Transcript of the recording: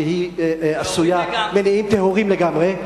שהיא עשויה מניעים טהורים לגמרי,